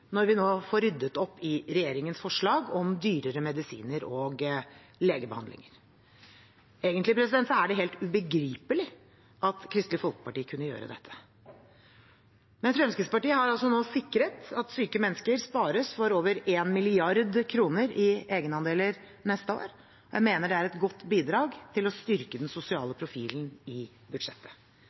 når vi nå får ryddet opp i regjeringens forslag om dyrere medisiner og legebehandling. Egentlig er det helt ubegripelig at Kristelig Folkeparti kunne gjøre dette. Men Fremskrittspartiet har nå sikret at syke mennesker spares for over 1 mrd. kr i egenandeler neste år. Jeg mener det er et godt bidrag til å styrke den sosiale profilen i budsjettet.